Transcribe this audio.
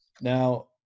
Now